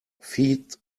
feed